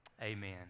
Amen